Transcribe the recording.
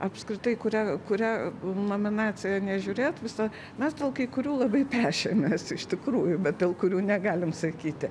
apskritai kurie kuria nominaciją nežiūrėt visa mes dėl kai kurių labai pešėmės iš tikrųjų bet dėl kurių negalim sakyti